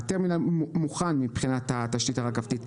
הטרמינל מוכן מבחינת התשתית הרכבתית,